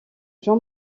jean